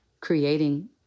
creating